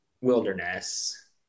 wilderness